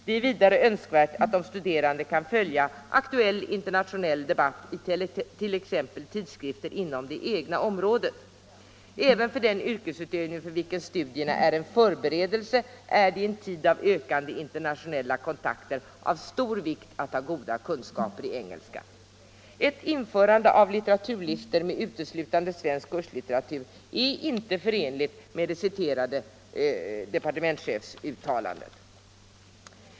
Det är vidare önskvärt att de studerande kan följa aktuell internationell debatt i t.ex. tidskrifter inom det egna området. Även för den yrkesutövning, för vilken studierna är en förberedelse, är det i en tid av ökande internationella kontakter av stor vikt att ha goda kunskaper i engelska.” Ett införande av litteraturlistor med uteslutande svensk kurslitteratur är inte förenligt med det citerade departementschefsuttalandet.